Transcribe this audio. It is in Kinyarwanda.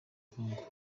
kongo